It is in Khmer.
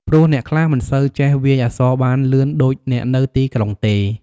ព្រោះអ្នកខ្លះមិនសូវចេះវាយអក្សរបានលឿនដូចអ្នកនៅទីក្រុងទេ។